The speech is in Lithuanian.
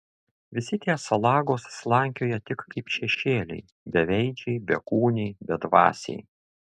visi tie salagos slankioja tik kaip šešėliai beveidžiai bekūniai bedvasiai